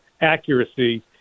accuracy